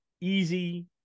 easy